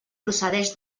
procedeix